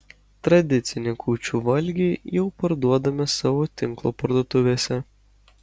tradicinį kūčių valgį jau parduodame savo tinklo parduotuvėse